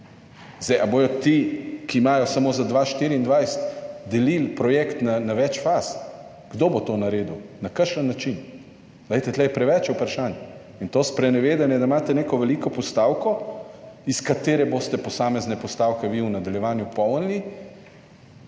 Ali bodo ti, ki imajo samo za 2024, delili projekt na več faz? Kdo bo to naredil? Na kakšen način? Tu je preveč vprašanj. In to sprenevedanje, da imate neko veliko postavko, s katere boste posamezne postavke vi v nadaljevanju polnili,